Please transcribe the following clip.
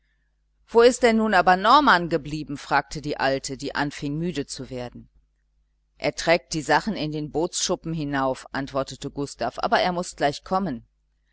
wo ist denn nun aber norman geblieben fragte die alte die anfing müde zu werden er trägt die sachen in den bootschuppen hinauf antwortete gustav aber er muß gleich kommen